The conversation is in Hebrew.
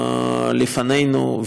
לפנינו,